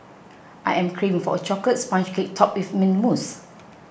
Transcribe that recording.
I am craving for a Chocolate Sponge Cake Topped with Mint Mousse